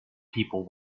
people